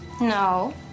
No